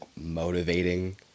motivating